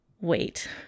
wait